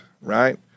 right